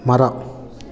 ಮರ